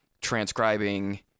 transcribing